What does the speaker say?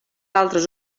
altres